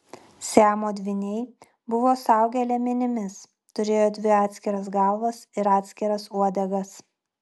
siamo dvyniai buvo suaugę liemenimis turėjo dvi atskiras galvas ir atskiras uodegas